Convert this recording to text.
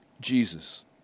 Jesus